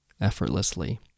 effortlessly